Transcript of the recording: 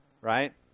right